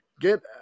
get